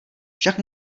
však